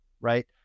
right